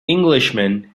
englishman